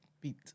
beat